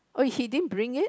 oh he didn't bring it